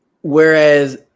whereas